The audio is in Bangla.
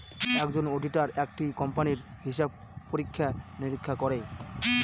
একজন অডিটার একটা কোম্পানির হিসাব পরীক্ষা নিরীক্ষা করে